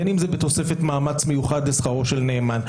בין אם זה בתוספת מאמץ מיוחד לשכרו של נאמן,